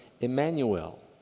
Emmanuel